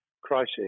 crisis